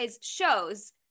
shows